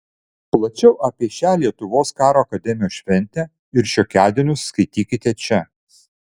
plačiau apie šią lietuvos karo akademijos šventę ir šiokiadienius skaitykite čia